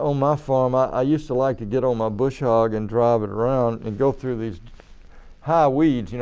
ah my farm, i i used to like to get on my bush hog and drive it around a and go through this high weed. you know